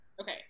Okay